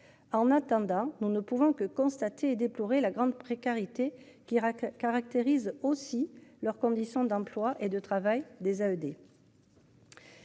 En attendant, nous ne pouvons que constater et déplorer la grande précarité qui caractérisent aussi leurs conditions d'emploi et de travail des à